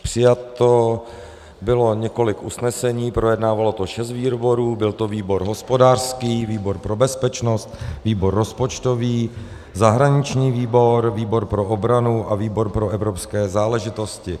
Přijato bylo několik usnesení, projednávalo to šest výborů, byl to výbor hospodářský, výbor pro bezpečnost, výbor rozpočtový, zahraniční výbor, výbor pro obranu a výbor pro evropské záležitosti.